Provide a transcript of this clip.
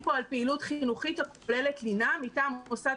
פה על פעילות חינוכית הכוללת לינה מטעם מוסד